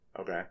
okay